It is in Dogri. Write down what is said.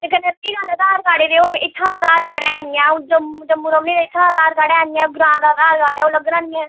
ते कन्नै केह् गल्ल आधार कार्डे दे ओह् इत्थूं दा आधार कार्ड है निं ऐ अ'ऊं जम्मू जम्मू रौह्न्नीं ते इत्थूं दा आधार कार्ड है निं ऐ ओह् ग्रांऽ दा आधार कार्ड ऐ ओह् लग्गना निं ऐ